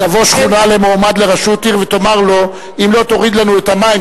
תבוא שכונה למועמד לראשות עיר ותאמר לו: אם לא תוריד לנו את מחיר המים,